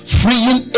freeing